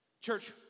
Church